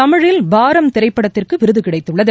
தமிழில் பாரம் திரைப்படத்திற்கு விருது கிடைத்துள்ளது